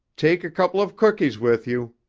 take a couple of cookies with you,